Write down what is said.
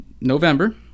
November